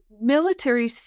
military